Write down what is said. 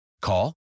Call